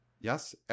Yes